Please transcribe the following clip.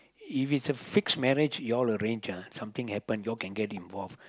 if it's a fixed marriage you all arrange ah something happened you all can get involved